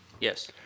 Yes